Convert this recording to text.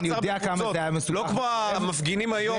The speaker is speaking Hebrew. לא כמו המפגינים היום,